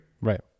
Right